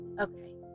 Okay